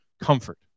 comfort